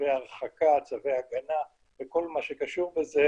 לצווי הרחקה, צווי הגנה וכל מה שקשור בזה,